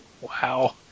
Wow